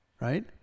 right